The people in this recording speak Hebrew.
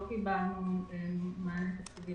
לא קיבלנו מענה תקציבי